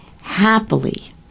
happily